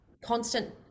constant